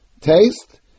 taste